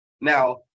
Now